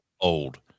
old